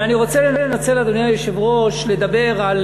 אבל אני רוצה לנצל, אדוני היושב-ראש, לדבר על